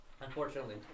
Unfortunately